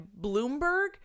Bloomberg